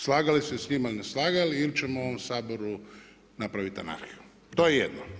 Slagali se sa njima ili ne slagali ili ćemo u ovom Saboru napravit anarhiju, to je jedno.